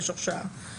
יש הרשעה,